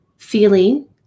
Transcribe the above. feeling